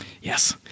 yes